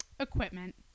equipment